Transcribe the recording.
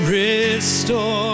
restore